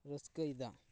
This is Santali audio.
ᱨᱟᱹᱥᱠᱟᱹᱭᱮᱫᱟ